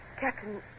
Captain